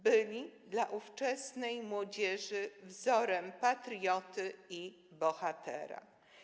Byli dla ówczesnej młodzieży wzorem patrioty i bohatera.